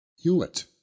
hewitt